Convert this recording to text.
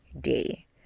day